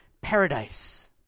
paradise